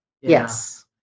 Yes